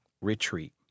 retreat